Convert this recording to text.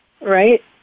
right